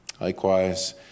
Likewise